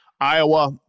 Iowa